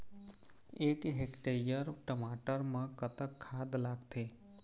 एक हेक्टेयर टमाटर म कतक खाद लागथे?